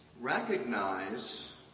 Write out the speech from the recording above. recognize